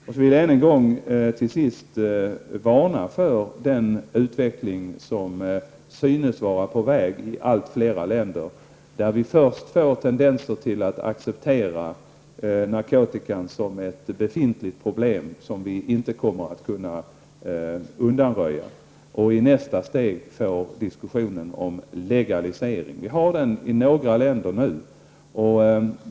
Till sist vill jag än en gång varna för den utveckling som synes vara på väg i allt fler länder. Där finns tendenser att acceptera narkotikan som ett befintligt problem som vi inte kommer att kunna undanröja, och i nästa steg får vi en diskussion om legalisering. Vi har den redan i några länder.